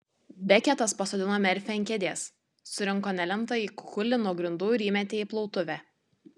beketas pasodino merfį ant kėdės surinko nelemtąjį kukulį nuo grindų ir įmetė į plautuvę